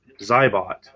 zybot